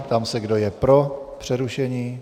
Ptám se, kdo je pro přerušení.